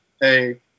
hey